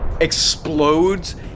explodes